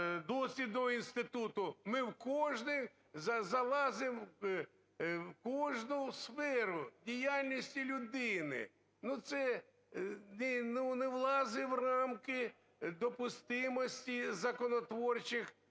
Ми залазимо у кожну сферу діяльності людини, це не влазить в рамки допустимості законотворчих